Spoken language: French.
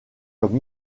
comme